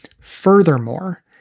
Furthermore